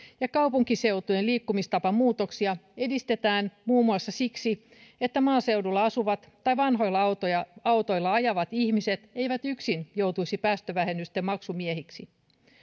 ja kaupunkiseutujen liikkumistapamuutoksia edistetään muun muassa siksi että maaseudulla asuvat tai vanhoilla autoilla ajavat ihmiset eivät yksin joutuisi päästövähennysten maksumiehiksi